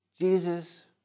Jesus